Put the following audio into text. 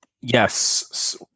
Yes